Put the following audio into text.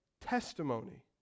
testimony